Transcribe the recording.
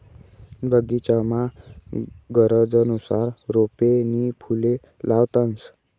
बगीचामा गरजनुसार रोपे नी फुले लावतंस